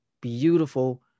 beautiful